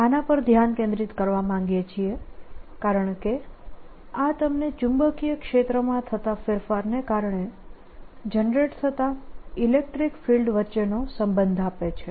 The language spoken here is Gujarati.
આપણે આના પર ધ્યાન કેન્દ્રિત કરવા માંગીએ છીએ કારણકે આ તમને ચુંબકીય ક્ષેત્રમાં થતા ફેરફારને કારણે જનરેટ થતા ઇલેક્ટ્રીક ફિલ્ડ વચ્ચેનો સંબંધ આપે છે